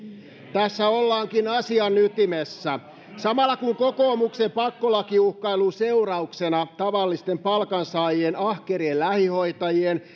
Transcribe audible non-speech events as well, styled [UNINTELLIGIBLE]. tässä ollaankin asian ytimessä samalla kun kun kokoomuksen pakkolakiuhkailun seurauksena tavallisten palkansaajien ahkerien lähihoitajien [UNINTELLIGIBLE]